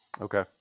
Okay